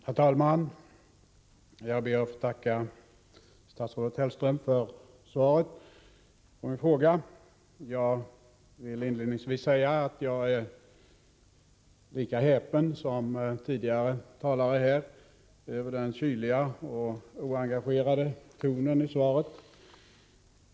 Herr talman! Jag ber att få tacka statsrådet Hellström för svaret på min Torsdagen den Jag vill inledningsvis säga att jag är lika häpen som tidigare talare över den kyliga och oengagerade tonen i svaret.